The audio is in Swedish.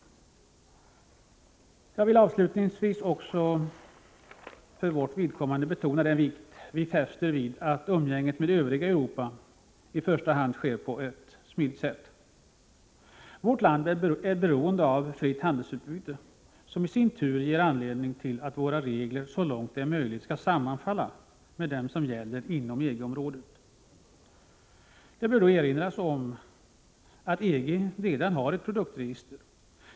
Jag skall avslutningsvis också för vårt vidkommande betona den vikt vi fäster vid att umgänget med det övriga Europa i första hand sker på ett smidigt sätt. Vårt land är beroende av ett fritt handelsutbyte, som i sin tur ger anledning till att våra regler så långt det är möjligt skall sammanfalla med dem som gäller inom EG-området. Det bör då erinras om att EG redan har ett produktregister.